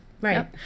Right